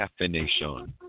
caffeination